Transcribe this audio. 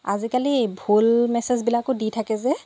আজিকালি ভুল মেচেজবিলাকো দি থাকে যে